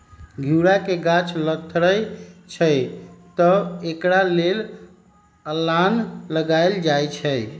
घिउरा के गाछ लथरइ छइ तऽ एकरा लेल अलांन लगायल जाई छै